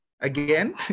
again